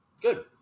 good